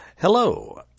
Hello